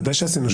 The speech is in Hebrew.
ודאי שעשינו.